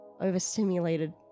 overstimulated